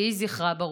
יהי זכרה ברוך.